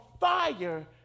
fire